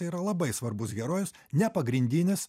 yra labai svarbus herojus nepagrindinis